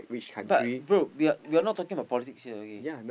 but bro we're we're not talking about politics here okay